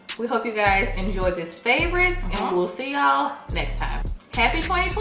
we hope you guys enjoy this favorite and we'll see y'all next time happy